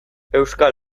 euskal